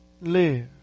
live